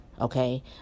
Okay